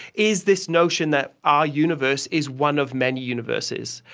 is this notion that our universe is one of many universes,